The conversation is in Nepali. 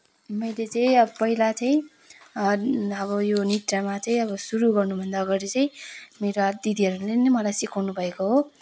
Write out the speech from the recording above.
मैले चाहिँ अब पहिला चाहिँ अब यो नृत्यमा चाहिँ अब सुरु गर्नुभन्दा अगाडि चाहिँ मेरा दिदीहरूले नै मलाई सिकाउनुभएको हो